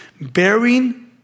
Bearing